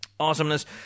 awesomeness